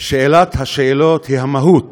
שאלת השאלות היא המהות: